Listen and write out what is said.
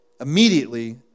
Immediately